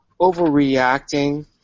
overreacting